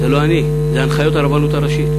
זה לא אני, אלו הנחיות הרבנות הראשית.